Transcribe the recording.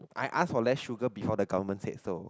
I ask for less sugar before the government said so